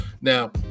Now